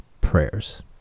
prayers